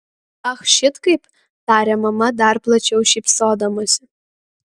ach šit kaip tarė mama dar plačiau šypsodamasi